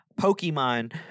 Pokemon